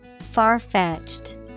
Far-fetched